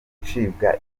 gucibwa